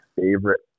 favorite